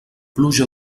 pluja